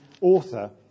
author